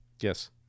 yes